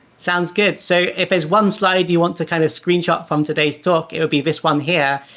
sounds good. so if there's one slide you want to kind of screenshot from today's talk, it would be this one here.